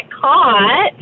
caught